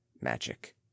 magic